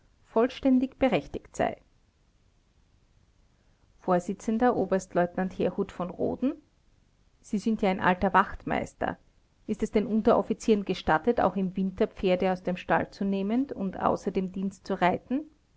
vollständig berechtigt sei vors oberstleutnant herhudt v rhoden sie sind ja ein alter wachtmeister ist es den unteroffizieren gestattet auch im winter pferde aus dem stall zu nehmen und außer dem dienst zu reiten